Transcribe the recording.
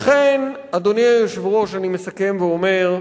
לכן, אדוני היושב-ראש, אני מסכם ואומר: